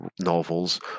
novels